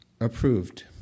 approved